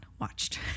watched